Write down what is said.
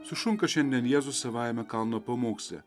sušunka šiandien jėzus savajame kalno pamoksle